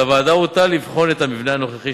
על הוועדה הוטל לבחון את המבנה הנוכחי